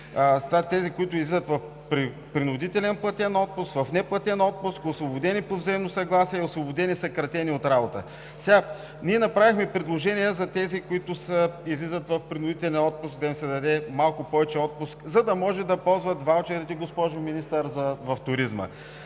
тези, които излизат в принудителен платен отпуск, в неплатен отпуск, освободени по взаимно съгласие, освободени – съкратени от работа. Ние направихме предложения за тези, които излизат в принудителен отпуск, да им се даде малко повече отпуск, за да може да ползват ваучерите в туризма,